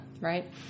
right